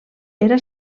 era